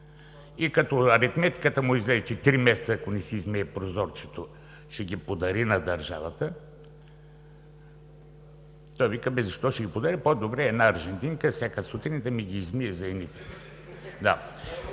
И като аритметиката му излезе, че три месеца, ако не си измие прозорчето, ще ги подари на държавата, той вика, ами защо ще ги подаря, по добре една аржентинка всяка сутрин да ми ги измие за едни...